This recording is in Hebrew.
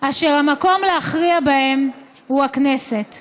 אשר המקום להכריע בהן הוא הכנסת".